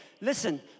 Listen